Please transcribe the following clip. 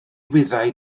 wyddai